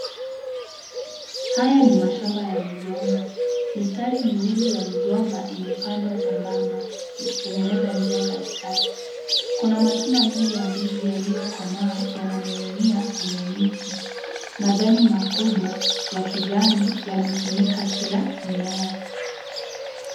Haya ni mashamba ya migomba. Mistari miwili ya migomba imepandwa sambamba ikitengenezsa njia katikati. Kuna matunda mengi ya ndizi yaliyokomaa yananing'inia kwenye miti. Majani makubwa ya kijani yamefunika kila mmea.